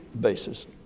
basis